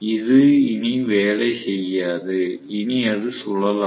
இது இனி வேலை செய்யாது இனி அது சுழலாது